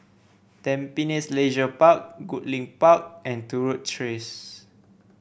Tampines Leisure Park Goodlink Park and Turut Track